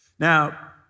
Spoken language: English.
Now